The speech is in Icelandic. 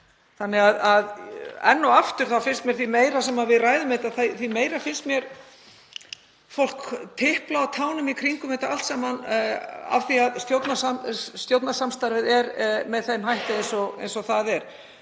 sinnir þessari gæslu? Því meira sem við ræðum þetta, því meira finnst mér fólk tipla á tánum í kringum þetta allt saman af því að stjórnarsamstarfið er með þeim hætti sem það er.